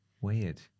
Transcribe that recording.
Weird